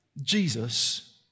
Jesus